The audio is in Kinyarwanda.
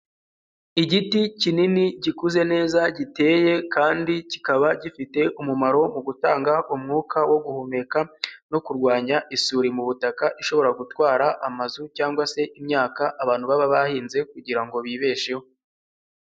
Igiti kinini gikuze neza giteye kandi kikaba gifite umumaro mu gutanga umwuka wo guhumeka no kurwanya isuri mu butaka ishobora gutwara amazu cyangwa se imyaka abantu baba bahinze kugira bibesheho.